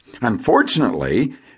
Unfortunately